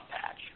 patch